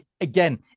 again